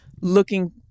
looking